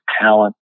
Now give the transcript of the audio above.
talent